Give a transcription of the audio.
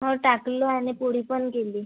हो टाकलं आणि पोळीपण केली